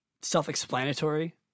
self-explanatory